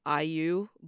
IU